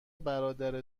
برادر